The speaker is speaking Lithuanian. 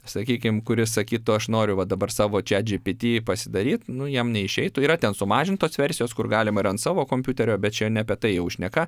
sakykim kuris sakytų aš noriu va dabar savo čiat džipity pasidaryt nu jam neišeitų yra ten sumažintos versijos kur galima ir ant savo kompiuterio bet čia ne apie jau tai šneka